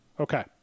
Okay